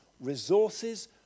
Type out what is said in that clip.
resources